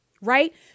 Right